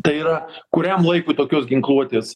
tai yra kuriam laikui tokios ginkluotės